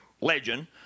legend